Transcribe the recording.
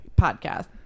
Podcast